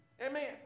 Amen